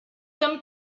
them